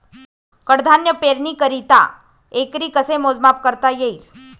कडधान्य पेरणीकरिता एकरी कसे मोजमाप करता येईल?